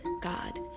God